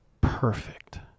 perfect